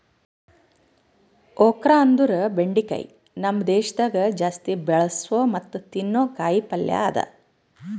okra ಅಂದುರ್ ಬೆಂಡಿಕಾಯಿ ನಮ್ ದೇಶದಾಗ್ ಜಾಸ್ತಿ ಬೆಳಸೋ ಮತ್ತ ತಿನ್ನೋ ಕಾಯಿ ಪಲ್ಯ ಅದಾ